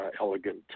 elegant